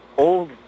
Old